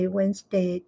Wednesday